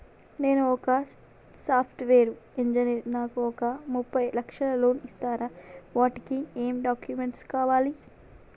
నేను ఒక software engineer నాకు ఒక ముప్పై లక్షల లోన్ ఇస్తరా? వాటికి ఏం డాక్యుమెంట్స్ కావాలి?